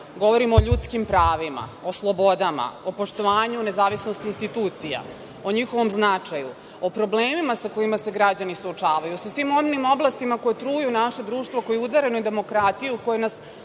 Govorimo o ljudskim pravima, o slobodama, o poštovanju, nezavisnosti institucija, o njihovom značaju, o problemima sa kojima se građani suočavaju, sa svim onim oblastima koje truju naše društvo koji udaraju na demokratiju, koji nas